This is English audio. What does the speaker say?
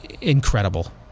incredible